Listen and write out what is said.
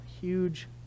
huge